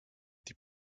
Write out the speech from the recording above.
die